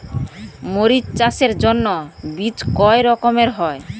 মরিচ চাষের জন্য বীজ কয় রকমের হয়?